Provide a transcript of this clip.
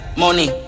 money